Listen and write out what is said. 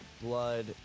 blood